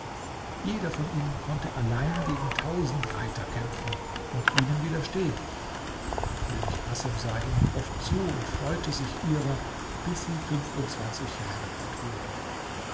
jeder von ihnen konnte allein gegen tausend reiter kämpfen und ihnen widerstehen der könig assem sah ihnen oft zu und freute sich ihrer bis sie fünfundzwanzig jahre alt wurden